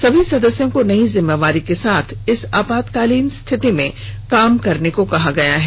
सभी सदस्यों को नई जिम्मेवारी के साथ इस आपातकालीन रिथिति में काम करने को कहा गया है